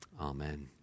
Amen